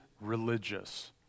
religious